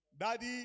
Daddy